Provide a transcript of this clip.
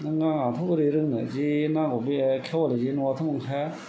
नों आंआथ' बोरै रोंनो जे नामावबे खेवालि जे नङाबाथ' मोनखाया